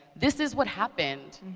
this is what happened.